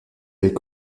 avait